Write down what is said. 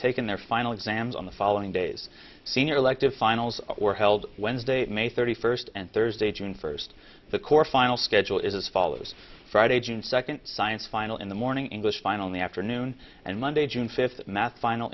taking their final exams on the following days senior elective finals were held wednesday may thirty first and thursday june first the core final schedule is as follows friday june second science final in the morning english final in the afternoon and monday june fifth math final